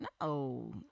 No